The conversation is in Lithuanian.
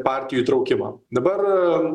partijų įtraukimą dabar